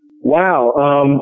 Wow